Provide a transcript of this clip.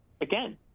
again